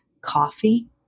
coffee